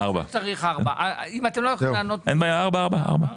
אין בעיה 4 מיליון.